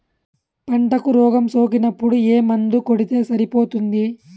పంటకు రోగం సోకినపుడు ఏ మందు కొడితే సరిపోతుంది?